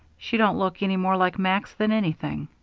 she don't look any more like max than anything.